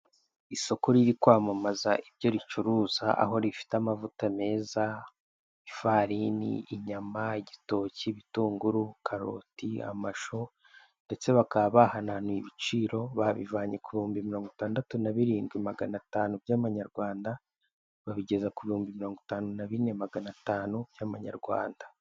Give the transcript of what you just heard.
Isoko riri kwamamaza aho rifite amavuta meza, ifarini, inyama, igitoki, ibitunguru, karoti, amashu, ndetse bakaba bahananuye ibiciro babivanye ku bihumbi mirongo itandatu na birindwi magana atanu by'amanyarwanda babigeza ku bihumbi mirongo itanu na bine magana atanu by'amanyarwanda.